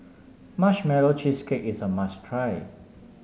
Marshmallow Cheesecake is a must try